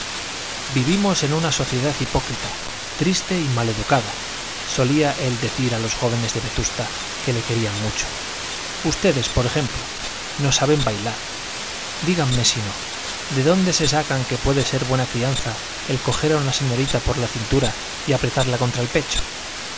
vivimos en una sociedad hipócrita triste y mal educada solía él decir a los jóvenes de vetusta que le querían mucho ustedes por ejemplo no saben bailar díganme si no de dónde se sacan que puede ser buena crianza el coger a una señorita por la cintura y apretarla contra el pecho